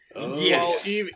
Yes